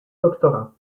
doctorat